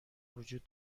وجود